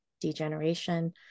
degeneration